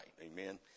Amen